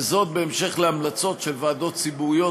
וזאת בהמשך להמלצות של ועדות ציבוריות,